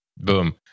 Boom